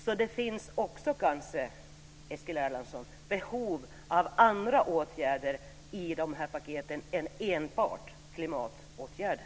Så det finns kanske också, Eskil Erlandsson, behov av andra åtgärder i de här paketen än enbart klimatåtgärder.